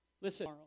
Listen